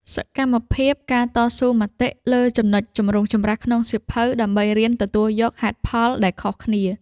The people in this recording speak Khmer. សកម្មភាព ការតស៊ូមតិ លើចំណុចចម្រូងចម្រាសក្នុងសៀវភៅ ដើម្បីរៀនទទួលយកហេតុផលដែលខុសគ្នា។